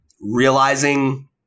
realizing